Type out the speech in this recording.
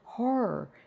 horror